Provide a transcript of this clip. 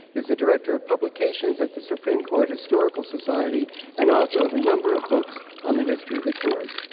is the director of publications at the supreme court historical society and author of a number of books on the history of the court.